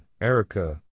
Erica